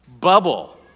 bubble